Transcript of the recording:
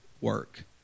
work